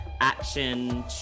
action